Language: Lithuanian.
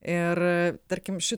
ir tarkim šito